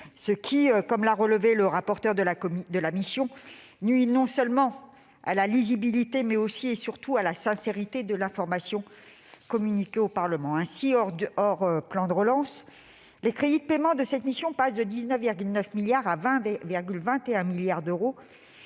qui, comme l'a relevé le rapporteur spécial, nuit non seulement à la lisibilité, mais aussi et surtout à la sincérité de l'information communiquée au Parlement. Ainsi, hors plan de relance, les crédits de paiement de cette mission passent de 19,9 milliards d'euros à 20,21 milliards d'euros,